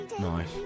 Nice